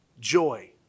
joy